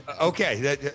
Okay